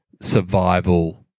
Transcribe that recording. survival